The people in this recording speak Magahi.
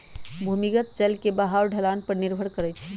भूमिगत जल के बहाव ढलान पर निर्भर करई छई